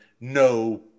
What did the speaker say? no